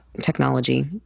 technology